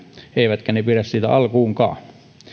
eivätkä ne pidä siitä alkuunkaan